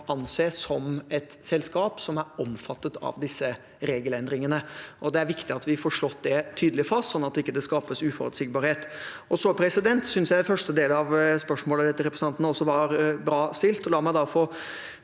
anse som et selskap som er omfattet av disse regelendringene. Det er viktig at vi får slått det tydelig fast, sånn at det ikke skapes uforutsigbarhet. Jeg synes også første del av spørsmålet til representanten var bra. La meg da